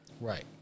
Right